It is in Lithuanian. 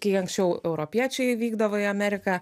kai anksčiau europiečiai vykdavo į ameriką